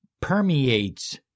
permeates